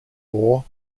war